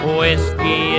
Whiskey